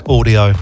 Audio